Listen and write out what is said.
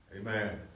Amen